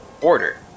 order